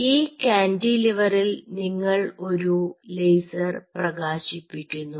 ഈ കാന്റിലിവറിൽ നിങ്ങൾ ഒരു ലേസർ പ്രകാശിപ്പിക്കുന്നു